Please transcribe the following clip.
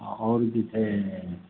आओर जे छै